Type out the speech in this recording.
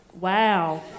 Wow